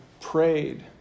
prayed